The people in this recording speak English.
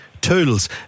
tools